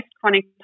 chronic